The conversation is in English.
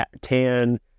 tan